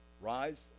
rise